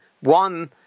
one